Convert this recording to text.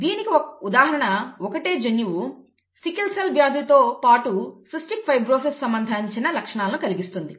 దీనికి ఉదాహరణ ఒకటే జన్యువు సికిల్ సెల్ వ్యాధితో పాటు సిస్టిక్ ఫైబ్రోసిస్కి సంబంధించిన లక్షణాలను కలిగిస్తుంది